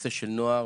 בנושא של נוער,